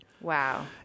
Wow